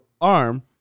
arm